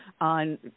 on